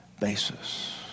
basis